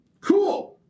Cool